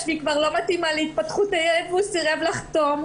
והיא כבר לא מתאימה להתפתחות הילד והוא סירב לחתום.